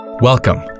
Welcome